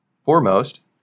Foremost